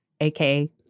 aka